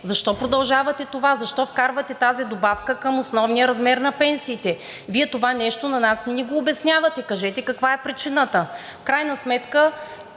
Защо продължавате това, защо вкарвате тази добавка към основния размер на пенсиите? Вие това нещо на нас не ни го обяснявате, кажете каква е причината?